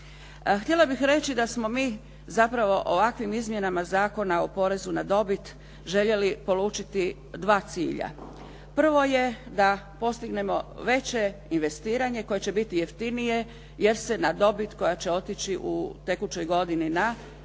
Htjela bih reći da smo mi zapravo ovakvim Izmjenama zakona o porezu na dobit željeli polučiti dva cilja. Prvo je da postignemo veće investiranje koje će biti jeftinije jer se na dobit koja će otići u tekućoj godini na